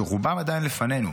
שרובם עדיין לפנינו,